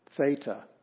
Theta